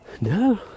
no